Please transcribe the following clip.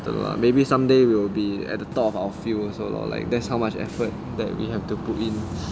maybe someday we will be at the top of our field also lor like that's how much effort that we have to put in